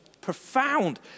profound